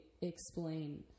explain